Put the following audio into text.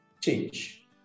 change